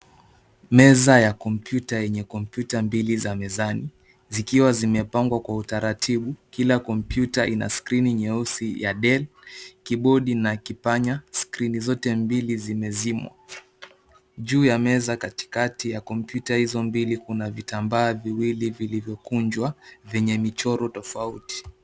Meza ya kompyuta yenye kompyuta mbili za mezani zikiwa zimepangwa kwa utaratibu. Kila kompyuta ina screen nyeusi ya "Dell", keyboard na kipanya. Screen zote mbili zimezimwa. Juu ya meza katikati ya kompyuta hizo mbili kuna vitambaa viwili vilivyokunjwa vyenye mchoro tofauti.